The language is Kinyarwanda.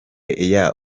year